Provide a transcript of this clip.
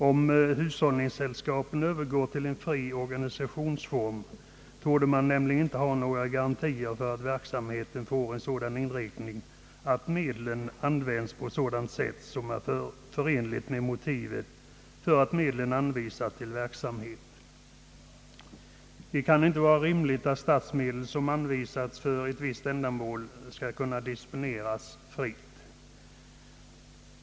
Om hushållningssällskapen övergår till en fri organisationsform torde man nämligen inte ha några garantier för att verksamheten får en sådan inriktning, att medlen används på sätt som är förenligt med motiven för att de anvisats till verksamheten. Det kan inte vara rimligt att statsmedel, som anvisats för ett visst ändamål, fritt skall kunna disponeras. Överläggningar bör nog ske med staten i ett sådant fall.